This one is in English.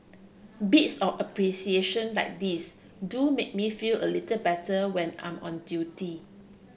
bits of appreciation like these do make me feel a little better when I'm on duty